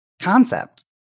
concept